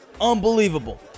unbelievable